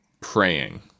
praying